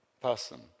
person